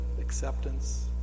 acceptance